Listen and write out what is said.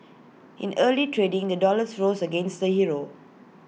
in early trading the dollar rose against the euro